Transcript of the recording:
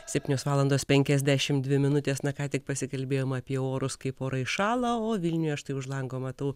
septynios valandos penkiasdešimt dvi minutės na ką tik pasikalbėjom apie orus kaip orai šąla o vilniuje štai už lango matau